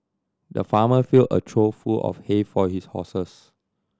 the farmer filled a trough full of hay for his horses